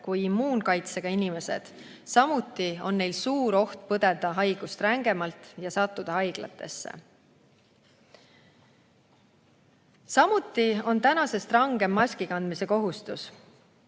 kui immuunkaitsega inimesed. Samuti on neil suur oht põdeda haigust rängemalt ja sattuda haiglasse. Samuti on tänasest rangem maskikandmise kohustus.